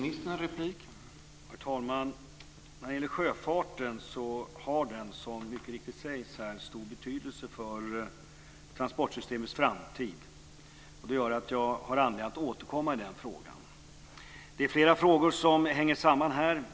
Herr talman! Sjöfarten har, som mycket riktigt sägs här, stor betydelse för transportsystemets framtid. Det gör att jag har anledning att återkomma i den frågan. Det är flera frågor som hänger samman här.